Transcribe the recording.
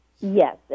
Yes